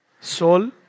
soul